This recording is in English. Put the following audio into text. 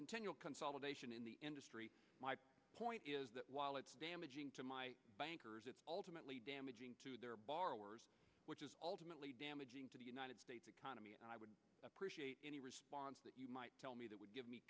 continual consolidation in the industry my point is that while it's damaging to my bankers it's ultimately damaging their borrowers which is ultimately damaging to the united states economy and i would appreciate any response that you might tell me that would g